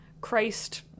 christ